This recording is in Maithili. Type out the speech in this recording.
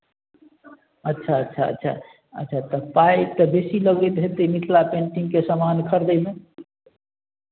अच्छा अच्छा अच्छा अच्छा तऽ पाइ तऽ बेसी लगैत हेतै मिथिला पेंटिंगके सामान खरीदयमे